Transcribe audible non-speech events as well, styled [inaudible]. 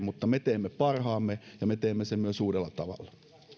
[unintelligible] mutta me teemme parhaamme ja me teemme sen myös suudella tavalla